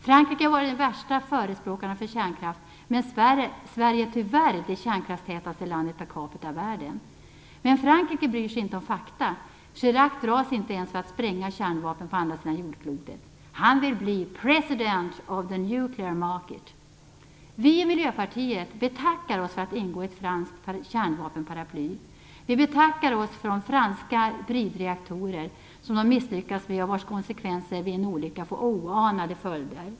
Frankrike var den värsta förespråkaren för kärnkraft, men Sverige är tyvärr det kärnkraftstätaste landet per capita i världen. Men Frankrike bryr sig inte om fakta. Chirac drar sig inte ens för att spränga kärnvapen på andra sidan jordklotet. Han vill bli Vi i Miljöpartiet betackar oss för att ingå i ett franskt kärnvapenparaply. Vi betackar oss för franska breedreaktorer som man har misslyckats med och vilkas konsekvenser vid en olycka får oanade följder.